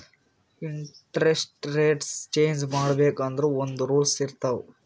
interest rates change ಮಾಡ್ಬೇಕ್ ಅಂದುರ್ ಒಂದ್ ರೂಲ್ಸ್ ಇರ್ತಾವ್